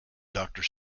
doctor